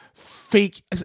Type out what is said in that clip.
Fake